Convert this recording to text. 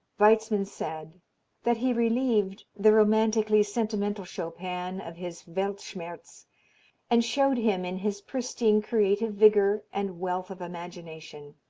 weitzmann said that he relieved the romantically sentimental chopin of his weltschmerz and showed him in his pristine creative vigor and wealth of imagination.